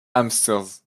hamsters